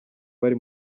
bari